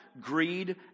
greed